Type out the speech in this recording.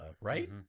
right